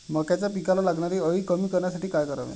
मक्याच्या पिकाला लागणारी अळी कमी करण्यासाठी काय करावे?